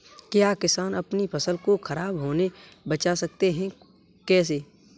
क्या किसान अपनी फसल को खराब होने बचा सकते हैं कैसे?